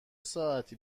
ساعتی